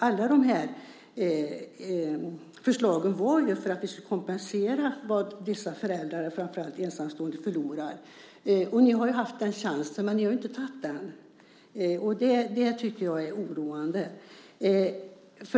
Alla de här förslagen var ju för att vi skulle kompensera vad vissa föräldrar, framför allt ensamstående föräldrar, förlorar. Ni har haft den chansen, men ni har inte tagit den. Det tycker jag är oroande.